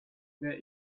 there